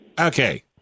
Okay